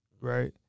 right